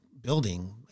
building